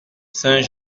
saint